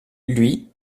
lui